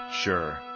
Sure